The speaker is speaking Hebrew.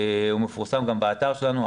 הוא גם מפורסם באתר שלנו.